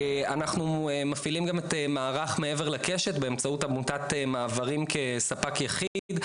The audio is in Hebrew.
אנחנו מפעילים גם את מערך "מעבר לקשת" באמצעות עמותת מעברים כספק יחיד,